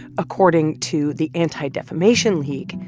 according to the anti-defamation league,